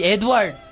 Edward